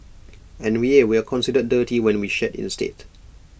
and yeah we're considered dirty when we shed instead